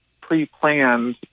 pre-planned